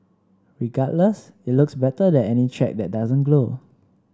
regardless it looks better than any track that doesn't glow